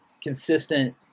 consistent